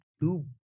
two